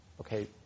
okay